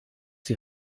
die